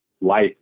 life